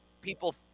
people